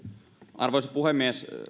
arvoisa puhemies